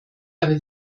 aber